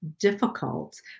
difficult